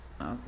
Okay